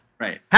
Right